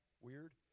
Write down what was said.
weird